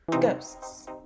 ghosts